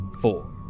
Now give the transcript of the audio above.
Four